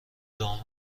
دام